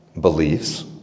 beliefs